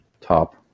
top